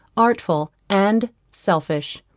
artful, and selfish,